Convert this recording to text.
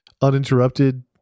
uninterrupted